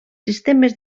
sistemes